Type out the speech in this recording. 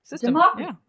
democracy